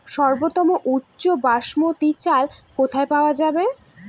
সর্বোওম উচ্চ বাসমতী চাল কোথায় পওয়া যাবে?